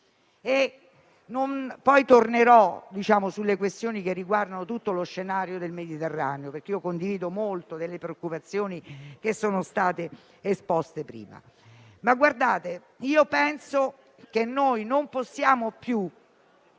Tornerò sulle questioni che riguardano tutto lo scenario del Mediterraneo, perché io condivido molto alcune preoccupazioni che sono state prima esposte. Io penso, però, che noi non possiamo più